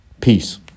Peace